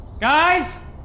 Guys